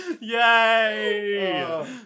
Yay